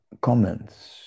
comments